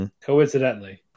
Coincidentally